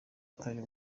atari